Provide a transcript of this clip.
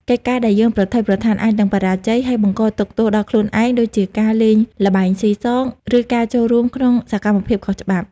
កិច្ចការដែលយើងប្រថុយប្រថាន អាចនឹងបរាជ័យ ហើយបង្កទុក្ខទោសដល់ខ្លួនឯង ដូចជាការលេងល្បែងស៊ីសង ឬការចូលរួមក្នុងសកម្មភាពខុសច្បាប់។